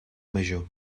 major